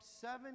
seven